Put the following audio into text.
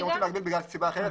אתם רוצים להגביל בגלל סיבה אחרת.